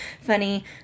funny